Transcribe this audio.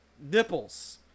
Nipples